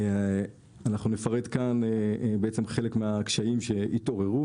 נפרט כאן חלק מהקשיים שהתעוררו: